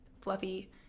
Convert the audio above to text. fluffy